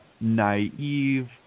naive